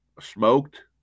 smoked